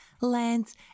lands